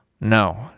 No